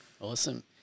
Awesome